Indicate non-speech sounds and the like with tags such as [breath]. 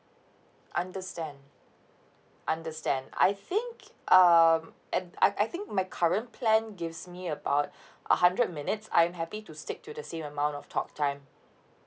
understand understand I think um and I I think my current plan gives me about [breath] a hundred minutes I'm happy to stick to the same amount of talk time